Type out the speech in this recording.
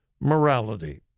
morality